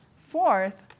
fourth